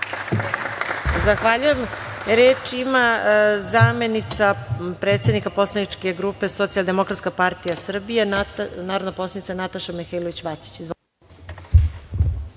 Zahvaljujem. Reč ima zamenica predsednika poslaničke grupe Socijaldemokratske partije Srbije, narodna poslanica Nataša Mihailović